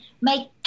make